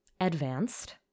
advanced